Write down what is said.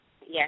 yes